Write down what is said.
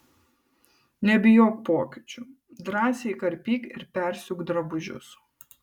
nebijok pokyčių drąsiai karpyk ir persiūk drabužius